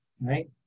right